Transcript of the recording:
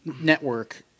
Network